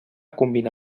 combinà